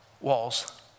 walls